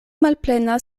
malplena